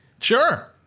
Sure